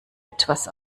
etwas